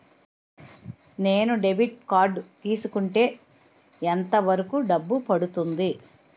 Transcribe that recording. నేను debit card తీసుకుంటే ఎంత వరకు డబ్బు పడుతుంది?